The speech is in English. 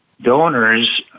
donors